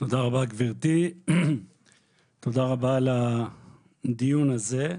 תודה רבה, גברתי, על הדיון הזה.